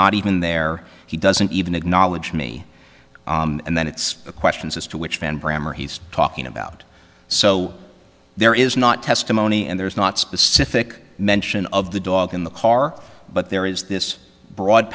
not even there he doesn't even acknowledge me and then it's a questions as to which man bremmer he's talking about so there is not testimony and there's not specific mention of the dog in the car but there is this broad